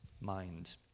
mind